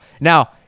Now